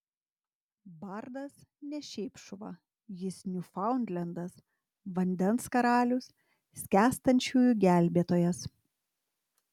bardas ne šiaip šuva jis niūfaundlendas vandens karalius skęstančiųjų gelbėtojas